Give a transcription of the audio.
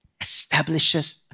establishes